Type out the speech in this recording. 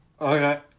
okay